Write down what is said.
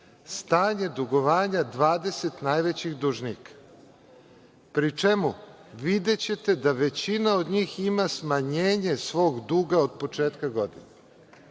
stanje dugovanja 20 najvećih dužnika, pri čemu videćete da većina od njih ima smanjenje svog duga od početka godine.